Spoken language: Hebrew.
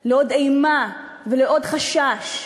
לעוד אימה ולעוד חשש.